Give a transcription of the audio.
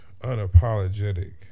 unapologetic